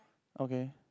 okay